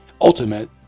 ultimate